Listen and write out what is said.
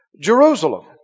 Jerusalem